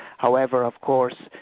however of course,